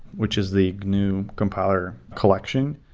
which is the new compiler collection,